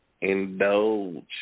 Indulge